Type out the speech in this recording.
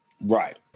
Right